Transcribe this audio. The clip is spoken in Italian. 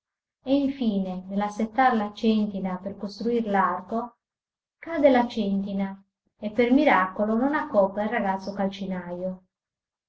e infine nell'assettar la centina per costruir l'arco cade la centina e per miracolo non accoppa il ragazzo calcinajo